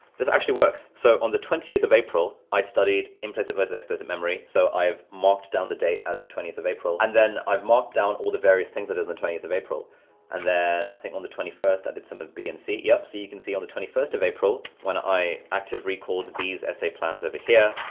this actually works so on the twentieth of april, i studied implicit versus explicit memory. so i've marked down the date as the twentieth of april and then i've marked down all the various things that are than twentieth of april and then i think on the twenty first, i did some of b and c. yep, so you can see on the twenty first of april, when i active recalled these essay plans over here.